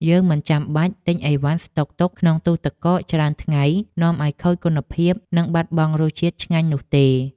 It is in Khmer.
យើងមិនចាំបាច់ទិញអីវ៉ាន់ស្តុកទុកក្នុងទូទឹកកកច្រើនថ្ងៃនាំឱ្យខូចគុណភាព និងបាត់បង់រសជាតិឆ្ងាញ់នោះទេ។